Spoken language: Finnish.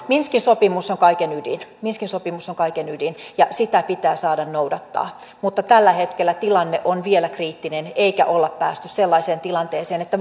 minskin sopimus on kaiken ydin minskin sopimus on kaiken ydin ja sitä pitää saada noudattaa mutta tällä hetkellä tilanne on vielä kriittinen emmekä ole päässeet sellaiseen tilanteeseen että